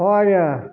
ହଁ ଆଜ୍ଞା